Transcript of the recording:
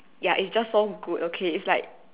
ya it's just so good okay it's like